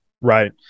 Right